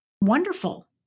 wonderful